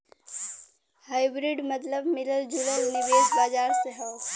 hybrid मतबल मिलल जुलल निवेश बाजार से हौ